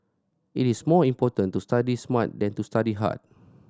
it is more important to study smart than to study hard